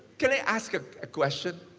can i ask ah a question?